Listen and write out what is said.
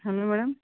hello madam